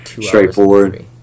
straightforward